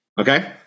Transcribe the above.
Okay